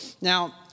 Now